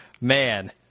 man